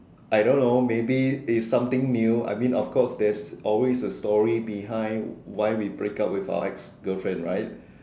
I don't know maybe it's something new I mean of course there's always a story behind why we break up with our ex girlfriend right